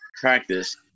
practice